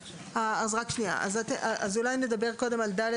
אז אולי באמת נדבר קודם על (ד),